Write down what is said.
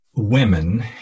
Women